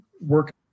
work